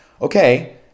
Okay